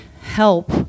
help